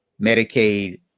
Medicaid